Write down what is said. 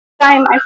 time